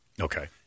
Okay